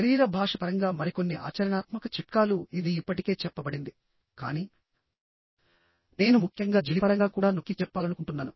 శరీర భాష పరంగా మరికొన్ని ఆచరణాత్మక చిట్కాలు ఇది ఇప్పటికే చెప్పబడింది కానీ నేను ముఖ్యంగా జిడి పరంగా కూడా నొక్కి చెప్పాలనుకుంటున్నాను